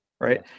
Right